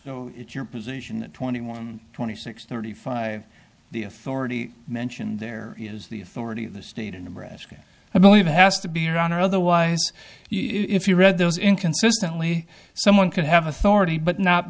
hunter your position twenty one twenty six thirty five the authority mentioned there is the authority of the state in nebraska i believe has to be your honor otherwise if you read those inconsistently someone could have authority but not